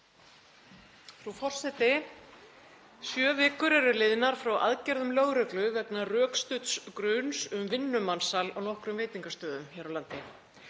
Frú forseti. Sjö vikur eru liðnar frá aðgerðum lögreglu vegna rökstudds gruns um vinnumansal á nokkrum veitingastöðum hér á landi.